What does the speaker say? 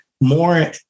More